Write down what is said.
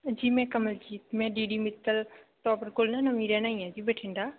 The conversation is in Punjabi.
ਜੀ ਮੈਂ ਕਮਲਜੀਤ ਮੈਂ ਡੀ ਡੀ ਮਿੱਤਲ ਟੋਵਰ ਕੋਲ ਨਾ ਨਵੀਂ ਰਹਿਣ ਆਈ ਹਾਂ ਜੀ ਬਠਿੰਡਾ